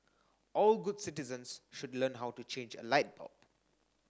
all good citizens should learn how to change a light bulb